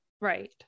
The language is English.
Right